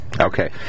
Okay